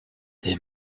des